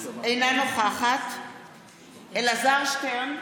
אינה נוכחת אלעזר שטרן,